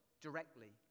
directly